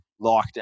lockdown